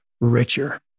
richer